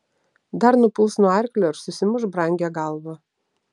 dar nupuls nuo arklio ir susimuš brangią galvą